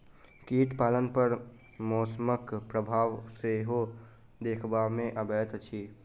कीट पालन पर मौसमक प्रभाव सेहो देखबा मे अबैत अछि